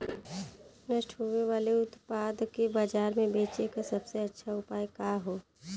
नष्ट होवे वाले उतपाद के बाजार में बेचे क सबसे अच्छा उपाय का हो?